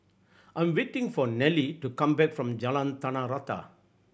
I' m waiting for Nelie to come back from Jalan Tanah Rata